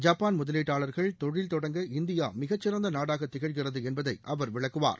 Japan முதலீட்டாளர்கள் தொழில் தொடங்க இந்தியா மிகச் சிறந்த நாடாக திகழ்கிறது என்பதை அவர் விளக்குவார்